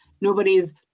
nobody's